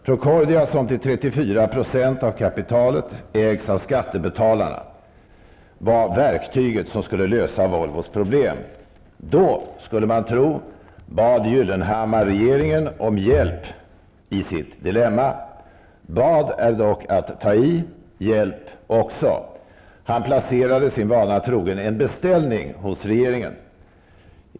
Procordia, som till 34 % av kapitalet ägs av skattebetalarna, var verktyget som skulle lösa Volvos problem. Då -- skulle man tro -- bad Gyllenhammar regeringen om hjälp i sitt dilemma. Bad är dock att ta i, hjälp likaså. Han placerade sin vana trogen en beställning hos regeringen.